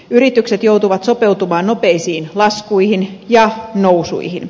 yritykset joutuvat sopeutumaan nopeisiin laskuihin ja nousuihin